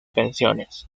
pensiones